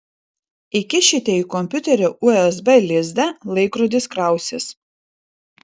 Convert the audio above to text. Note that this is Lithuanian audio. įkišite į kompiuterio usb lizdą laikrodis krausis